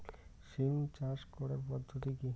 সিম চাষ করার পদ্ধতি কী?